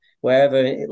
wherever